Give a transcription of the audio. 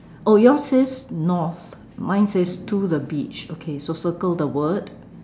oh yours says north mine says to the beach okay so circle the word